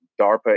darpa